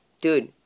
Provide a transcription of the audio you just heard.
dude